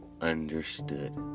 understood